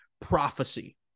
prophecy